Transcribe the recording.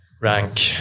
rank